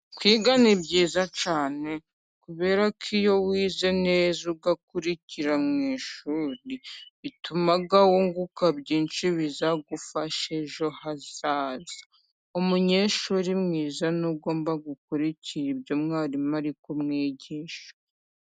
Kwiga ni byiza cyane kubera ko iyo wize neza ugakurikira mu ishuri, bituma wunguka byinshi bizagufasha ejo hazaza. Umunyeshuri mwiza ni ugomba gukurikira ibyo mwarimu ari kumwigisha.